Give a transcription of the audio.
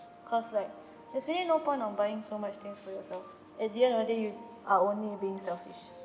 cause like there's really no point on buying so much things for yourself at the end of the day you are only being selfish